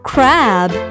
Crab